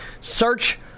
Search